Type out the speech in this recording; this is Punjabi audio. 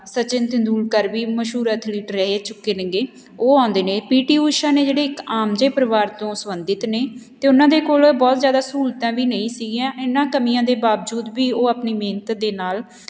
ਸਚਿਨ ਤੇਂਦੁਲਕਰ ਵੀ ਮਸ਼ਹੂਰ ਅਥਲੀਟ ਰਹਿ ਚੁੱਕੇ ਨੇਗੇ ਉਹ ਆਉਂਦੇ ਨੇ ਪੀ ਟੀ ਊਸ਼ਾ ਨੇ ਜਿਹੜੇ ਇੱਕ ਆਮ ਜਿਹੇ ਪਰਿਵਾਰ ਤੋਂ ਸੰਬੰਧਿਤ ਨੇ ਅਤੇ ਉਹਨਾਂ ਦੇ ਕੋਲ ਬਹੁਤ ਜ਼ਿਆਦਾ ਸਹੂਲਤਾਂ ਵੀ ਨਹੀਂ ਸੀਗੀਆਂ ਇਹਨਾਂ ਕਮੀਆਂ ਦੇ ਬਾਵਜੂਦ ਵੀ ਉਹ ਆਪਣੀ ਮਿਹਨਤ ਦੇ ਨਾਲ